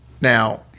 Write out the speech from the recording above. Now